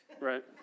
right